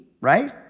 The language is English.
right